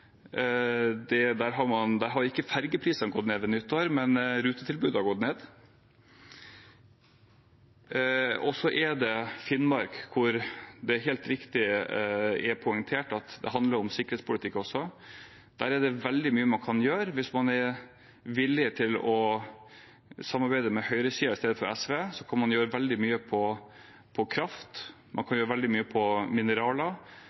har ikke ferjeprisene gått ned ved nyttår, men rutetilbudet har gått ned. Når det gjelder Finnmark, er det helt riktig poengtert at det handler om sikkerhetspolitikk også. Der er det veldig mye man kan gjøre hvis man er villig til å samarbeide med høyresiden i stedet for SV. Da kan man gjøre veldig mye på kraft og mineraler. Man kan